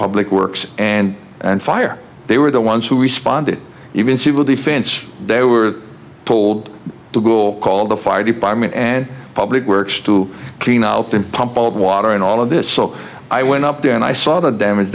public works and and fire they were the ones who responded even civil defense they were told to google call the fire department and public works to clean up the pump all the water and all of this so i went up there and i saw the damage